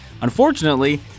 Unfortunately